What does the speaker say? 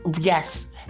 yes